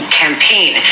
campaign